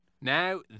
Now